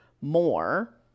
more